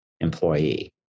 employee